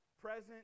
present